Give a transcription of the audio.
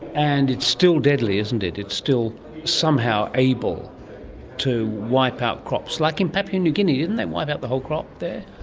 and it's still deadly, isn't it, it's still somehow able to wipe out crops, like in papua new guinea, did it and and wipe out the whole crop there?